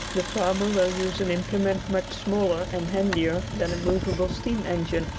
the farmer will use an implement much smaller and handier than a movable steam-engine,